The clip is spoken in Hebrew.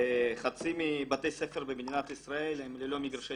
חצי מבתי הספר במדינת ישראל הם ללא מגרשי